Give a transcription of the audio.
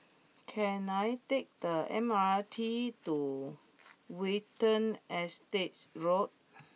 can I take the M R T to Watten Estate Road